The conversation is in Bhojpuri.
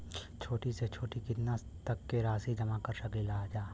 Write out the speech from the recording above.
छोटी से छोटी कितना तक के राशि जमा कर सकीलाजा?